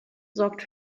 sorgt